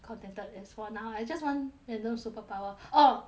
contended as for now I just want random superpower oh